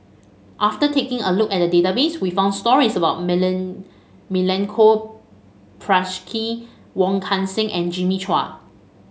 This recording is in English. after taking a look at the database we found stories about Milenko Prvacki Wong Kan Seng and Jimmy Chua